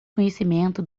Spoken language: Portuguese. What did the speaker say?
conhecimento